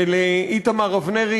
ולאיתמר אבנרי,